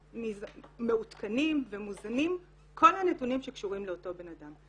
מעודכנים ומוזנים כל הנתונים שקשורים לאותו אדם.